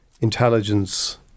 intelligence